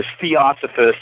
theosophists